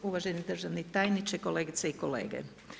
Uvaženi državni tajniče, kolegice i kolege.